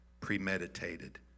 premeditated